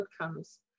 outcomes